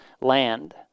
land